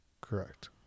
correct